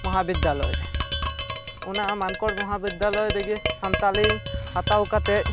ᱢᱚᱦᱟ ᱵᱤᱫᱽᱫᱟᱞᱚᱭ ᱨᱮ ᱚᱱᱟ ᱢᱟᱱᱠᱚᱲ ᱢᱚᱦᱟ ᱵᱤᱫᱽᱫᱟᱞᱚᱭ ᱨᱮᱜᱮ ᱥᱟᱱᱛᱟᱞᱤ ᱦᱟᱛᱟᱣ ᱠᱟᱛᱮᱫ